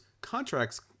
contracts